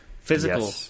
physical